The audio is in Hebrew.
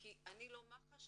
כי אני לא מח"ש